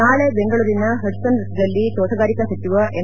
ನಾಳೆ ಬೆಂಗಳೂರಿನ ಹಡ್ಲನ್ ವೃತ್ತದಲ್ಲಿ ತೋಟಗಾರಿಕಾ ಸಚಿವ ಎಂ